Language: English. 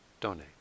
donate